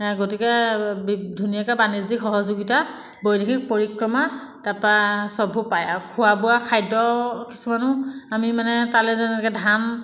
গতিকে ধুনীয়াকৈ বাণিজ্যিক সহযোগিতা বৈদেশিক পৰিক্ৰমা তাৰপৰা চববোৰ পায় আৰু খোৱা বোৱা খাদ্য কিছুমানো আমি মানে তালৈ যেনেকৈ ধান